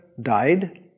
died